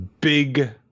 big